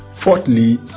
Fourthly